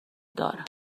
دارم